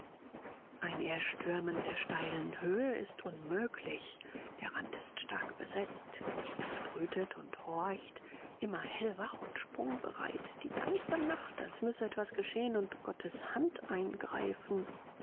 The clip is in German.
ein erstürmen der steilen höhe ist unmöglich der rand ist stark besetzt jobst brütet und horcht immer hellwach und sprungbereit die ganze nacht als müsse etwas geschehen und gottes hand eingreifen